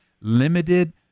limited